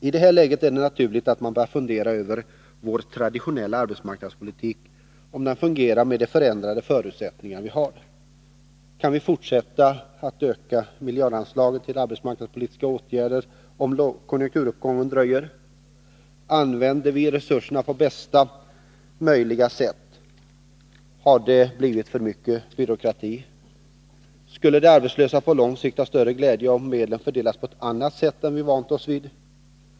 I det här läget är det naturligt att man börjar fundera över om vår traditionella arbetsmarknadspolitik fungerar med de förändrade förutsättningarna. Kan vi fortsätta att öka miljardanslagen till arbetsmarknadspolitiska åtgärder om konjunkturuppgången dröjer? Använder vi resurserna på bästa möjliga sätt? Har det blivit för mycket byråkrati? Skulle de arbetslösa på lång sikt ha större glädje av att medlen fördelades på ett annat sätt än vi har vant oss vid?